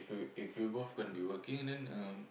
if if we're both gonna be working then um